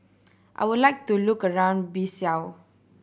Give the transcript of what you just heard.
I would like to have a look around Bissau